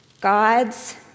God's